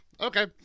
Okay